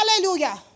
Hallelujah